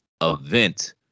Event